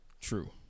True